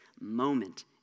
moment